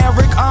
Eric